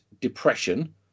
depression